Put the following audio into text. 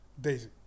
Daisy